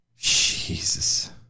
Jesus